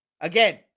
Again